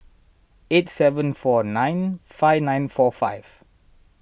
eight seven four nine five nine four five